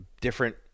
different